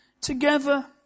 together